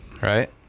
right